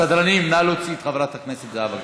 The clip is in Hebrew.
סדרנים, נא להוציא את חברת הכנסת זהבה גלאון.